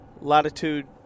latitude